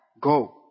Go